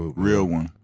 ah real one.